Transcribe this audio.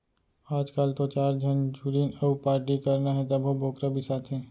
आजकाल तो चार झन जुरिन अउ पारटी करना हे तभो बोकरा बिसाथें